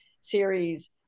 series